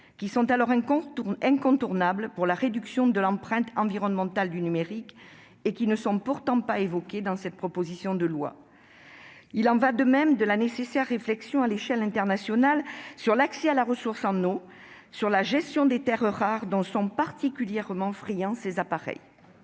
qui sont alors incontournables pour la réduction de l'empreinte environnementale du numérique et qui ne sont pourtant pas évoqués dans cette proposition de loi. Il en est de même de la nécessaire réflexion à l'échelle internationale sur l'accès à la ressource en eau et sur la gestion des terres rares dont sont particulièrement friands ces appareils